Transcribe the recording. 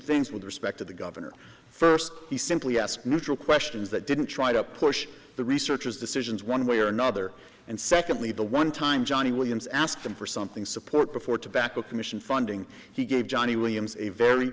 things with respect to the governor first he simply asked neutral questions that didn't try to push the researchers decisions one way or another and secondly the one time johnny williams asked him for something support before tobacco commission funding he gave johnny